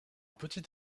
petit